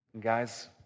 Guys